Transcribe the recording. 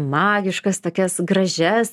magiškas tokias gražias